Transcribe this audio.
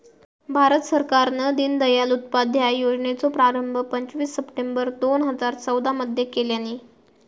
भारत सरकारान दिनदयाल उपाध्याय योजनेचो प्रारंभ पंचवीस सप्टेंबर दोन हजार चौदा मध्ये केल्यानी